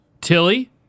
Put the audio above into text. Tilly